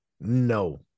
No